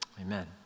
amen